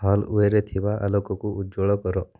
ହଲୱେରେ ଥିବା ଆଲୋକକୁ ଉଜ୍ଜ୍ୱଳ କର